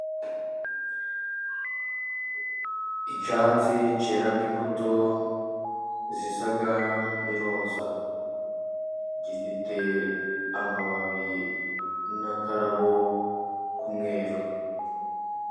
Icyatsi cyera imbuto zisa n'iroza, gifite amababi n'akarabo k'umweru.